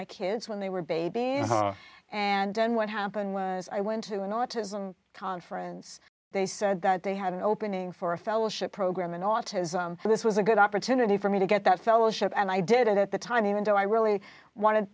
my kids when they were babies and then what happened was i went to an autism conference they said that they had an opening for a fellowship program in autism so this was a good opportunity for me to get that fellowship and i did and at the time even though i really wanted